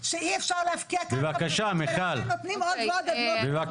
זה מזעזע שאי אפשר להפקיע קרקע ולכן נותנים עוד ועוד קרקעות